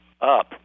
up